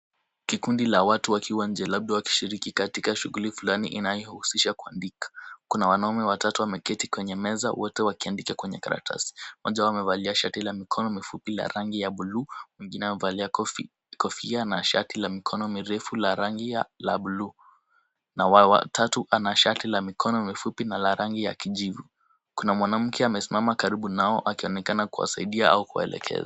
Kikundi la watu wakiwa nje labda wakishiriki katika shughuli fulani inayohusisha kuandika. Kuna wanaume watatu wameketi kwenye meza wote wakiandika kwenye karatasi. Mmoja wao amevalia shati la mikono mifupi la rangi ya bluu, mwingine amevalia kofia na shati la mikono mirefu la rangi la bluu na watatu ana shati la mikono mifupi na la rangi ya kijivu. Kuna mwanamke amesimama karibu nao akionekana kuwasaidia au kuwaelekeza.